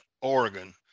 Oregon